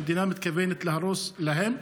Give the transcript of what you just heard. המדינה מתכוונת להרוס להם,